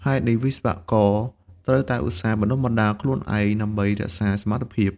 ហេតុនេះវិស្វករត្រូវតែឧស្សាហ៍បណ្តុះបណ្តាលខ្លួនឯងដើម្បីរក្សាសមត្ថភាព។